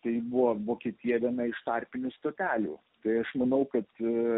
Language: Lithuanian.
tai buvo vienavokietija iš tarpinių stotelių tai aš manau kad